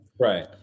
Right